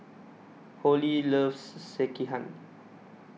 Holly loves Sekihan